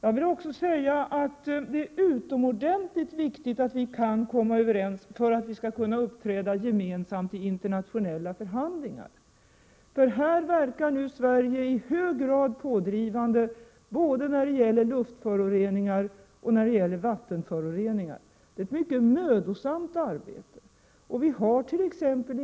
Jag vill också säga att det är utomordentligt viktigt att vi kan komma överens för att vi skall kunna uppträda gemensamt i internationella förhandlingar. Här verkar nu Sverige i hög grad pådrivande, både när det gäller luftföroreningar och när det gäller vattenföroreningar. Det är ett mycket mödosamt arbete. Vi hart.ex.